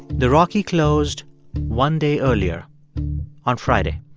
the rocky closed one day earlier on friday